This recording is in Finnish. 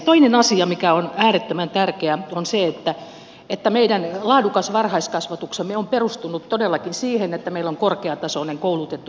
toinen asia mikä on äärettömän tärkeä on se että meidän laadukas varhaiskasvatuksemme on perustunut todellakin siihen että meillä on korkeatasoinen koulutettu henkilökunta